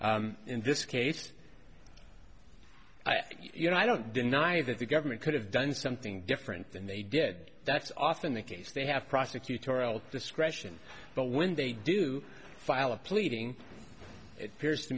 in this case you know i don't deny that the government could have done something different than they did that's often the case they have prosecutorial discretion but when they do file a pleading it appears to